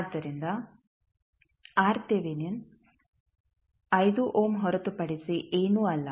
ಆದ್ದರಿಂದ 5 ಓಮ್ ಹೊರತುಪಡಿಸಿ ಏನೂ ಅಲ್ಲ